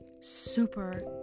super